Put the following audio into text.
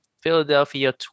Philadelphia